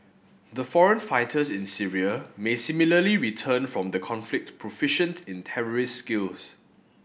the foreign fighters in Syria may similarly return from the conflict proficient in terrorist skills